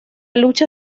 lucha